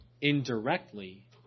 indirectly